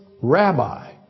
rabbi